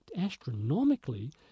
astronomically